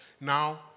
Now